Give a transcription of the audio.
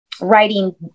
writing